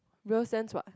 real sense what